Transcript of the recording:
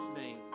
name